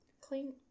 clean